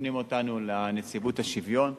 מפנים אותנו לנציבות השוויון,